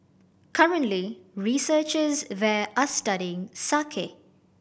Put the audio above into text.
currently researchers there are studying